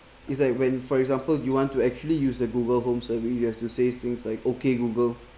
it's like when for example you want to actually use the google home server you have to say things like okay google